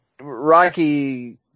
Rocky